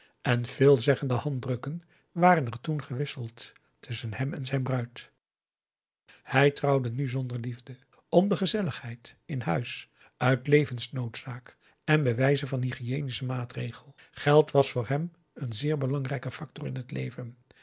en veelzeggende handdrukken waren er toen gewisseld tusschen hem en zijn bruid hij trouwde nu zonder liefde om de gezelligheid in huis uit levensnoodzaak en bijwijze van hygiënischen maatregel geld was voor hem een zeer belangrijke factor in het leven